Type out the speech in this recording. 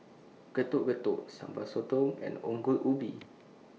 Getuk Getuk Sambal Sotong and Ongol Ubi